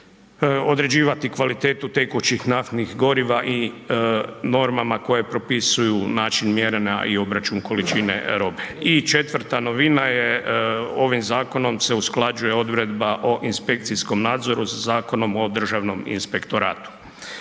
određivati kvalitetu tekućih naftnih goriva i normama koje propisuju način mjerenja i način obračun količine robe. I četvrta novina je ovim zakonom se usklađuje odredba o inspekcijskom nadzoru sa Zakonom o državnom inspektoratom.